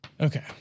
Okay